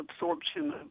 absorption